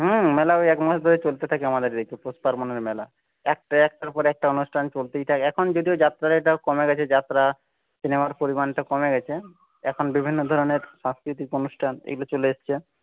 মেলা ওই এক মাস ধরেই চলতে থাকে আমাদের এই তো পৌষপার্বনের মেলা একটা একটার পর একটা অনুষ্ঠান চলতেই থাকে এখন যদিও যাত্রার এটা কমে গেছে যাত্রা সিনেমার পরিমাণটা কমে গেছে এখন বিভিন্ন ধরনের সাংস্কৃতিক অনুষ্ঠান এইগুলো চলে এসছে